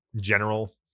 general